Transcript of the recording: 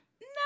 No